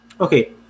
Okay